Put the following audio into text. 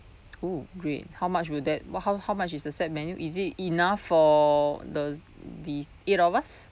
oh great how much will that what how how much is the set menu is it enough for the the eight of us